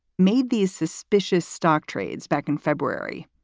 made these suspicious stock trades back in february.